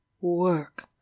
work